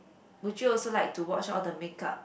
would you also like to watch all the makeup